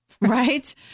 right